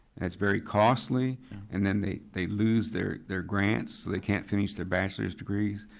it's very costly and then they they lose their their grants, they can't finish their bachelor's degrees.